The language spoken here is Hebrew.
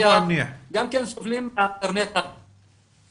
--- תלמידים שנמצאים בבתים ולא יכולים להתחבר.